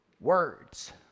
words